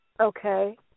Okay